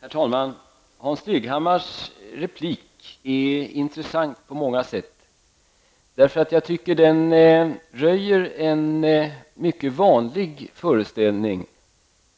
Herr talman! Hans Leghammars inlägg var intressant på många sätt. Det röjer en mycket vanlig föreställning,